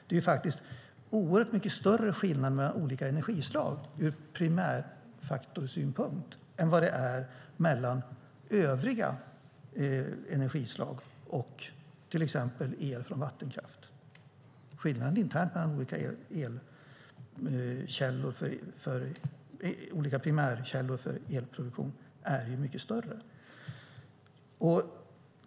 Det är faktiskt oerhört mycket större skillnad mellan olika energislag ur primärfaktorsynpunkt än det är mellan övriga energislag och till exempel el från vattenkraft. Skillnaden internt mellan olika primärkällor för elproduktion är mycket större.